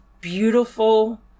beautiful